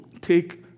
take